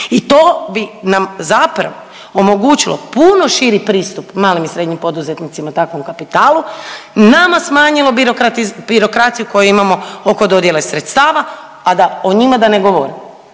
i to bi nam zapravo omogućilo puno širi pristup malim i srednjim poduzetnicima i takvom kapitalu, nama smanjilo birokraciju koju imamo oko dodjele sredstava, a da o njima da ne govorimo